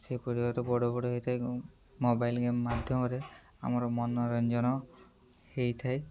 ସେହିପରି ଭାବରେ ବଡ଼ ବଡ଼ ହେଇଥାଏ ମୋବାଇଲ୍ ଗେମ୍ ମାଧ୍ୟମରେ ଆମର ମନୋରଞ୍ଜନ ହେଇଥାଏ